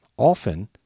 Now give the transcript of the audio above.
Often